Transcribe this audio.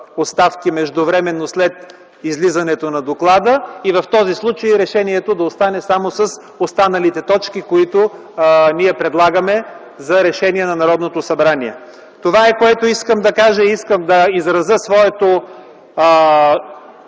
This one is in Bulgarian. оставки междувременно след излизането на доклада. В този случай решението да остане само с останалите точки, които ние предлагаме за решение на Народното събрание. Искам да изразя своето